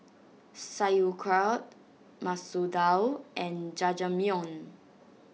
Sauerkraut Masoor Dal and Jajangmyeon